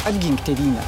apgink tėvynę